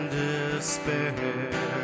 despair